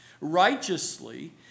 righteously